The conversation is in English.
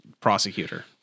prosecutor